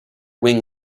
wing